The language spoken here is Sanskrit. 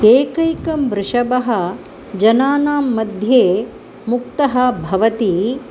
एकैकं वृषभः जनानाम्मध्ये मुक्तः भवति